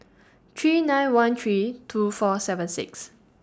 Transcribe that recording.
three nine one three two four seven six